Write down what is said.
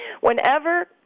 whenever